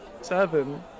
Seven